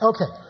Okay